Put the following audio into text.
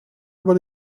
über